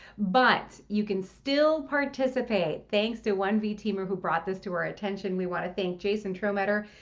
but. you can still participate, thanks to one v teamer who brought this to our attention. we want to thank jason trometter,